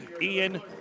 Ian